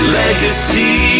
legacy